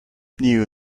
knew